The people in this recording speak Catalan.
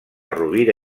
rovira